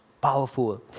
powerful